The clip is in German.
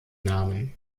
namen